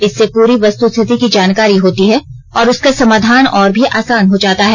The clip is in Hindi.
इससे पूरी वस्तुस्थिति की जानकारी होती है और उसका समाधान और भी आसान हो जाता है